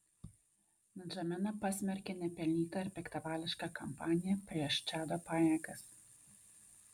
ndžamena pasmerkė nepelnytą ir piktavališką kampaniją prieš čado pajėgas